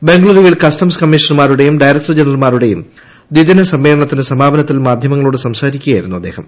ബംഗളൂരുവിൽ കസ്റ്റംസ് കമ്മീഷണർമാരുടെയും ഡയറക്ടർ ജനറൽമാരുടെയും ദ്വിദിന സമ്മേളനത്തിർണ്ണ് സമാപനത്തിൽ മാധ്യമങ്ങളോട് സംസാരിക്കുകയായിരുന്നു ്അദ്ദേഹം